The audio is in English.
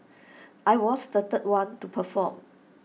I was the third one to perform